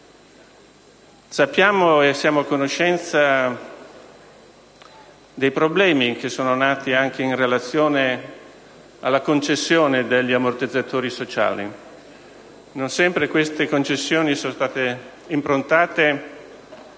aggiuntive. Siamo a conoscenza dei problemi che sono nati anche in relazione alla concessione degli ammortizzatori sociali. Non sempre queste concessioni sono state improntate